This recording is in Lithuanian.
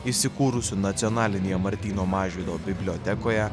įsikūrusių nacionalinėje martyno mažvydo bibliotekoje